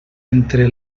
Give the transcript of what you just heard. entre